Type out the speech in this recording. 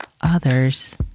others